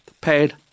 paid